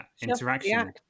interaction